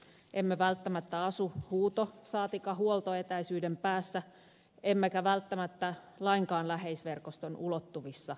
emme välttämättä asu huuto saatikka huoltoetäisyyden päässä emmekä välttämättä lainkaan läheisverkoston ulottuvissa